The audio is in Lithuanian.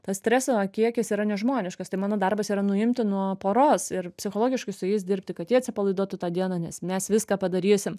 tas streso kiekis yra nežmoniškas tai mano darbas yra nuimti nuo poros ir psichologiškai su jais dirbti kad jie atsipalaiduotų tą dieną nes mes viską padarysim